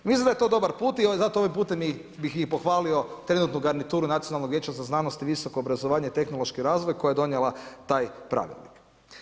Mislim da je to dobar put i zato ovim putem bi i pohvalio trenutno garnituru Nacionalnog vijeća znanost i visoko obrazovanje i tehnološki razvoj koja je donijela taj pravilnik.